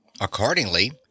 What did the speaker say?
Accordingly